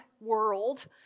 world